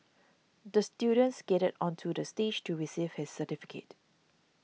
the student skated onto the stage to receive his certificate